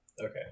Okay